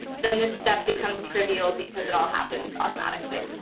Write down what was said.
then this step becomes trivial because it all happens automatically.